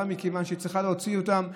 מכיוון שהיא צריכה להוציא אותם ב-15:30.